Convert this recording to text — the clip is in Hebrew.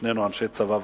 אנשי צבא ותיקים,